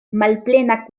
malplena